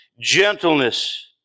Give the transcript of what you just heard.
gentleness